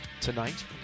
tonight